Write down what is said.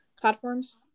Platforms